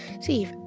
see